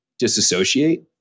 Disassociate